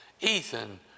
Ethan